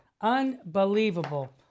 unbelievable